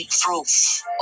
proof